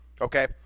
Okay